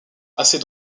assez